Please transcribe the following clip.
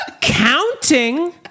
Counting